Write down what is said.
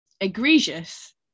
egregious